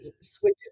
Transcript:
switch